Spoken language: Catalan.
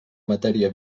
matèria